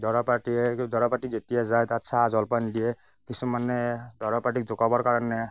দৰাপাৰ্টীয়ে দৰাপাৰ্টী যেতিয়া যায় তাত চাহ জলপান দিয়ে কিছুমানে দৰাপাৰ্টীক জোকাবৰ কাৰণে